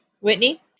Whitney